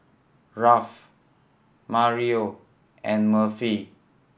Ralph Mario and Murphy